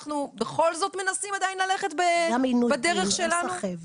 אנחנו בכל זאת מנסים עדיין ללכת בדרך שלנו.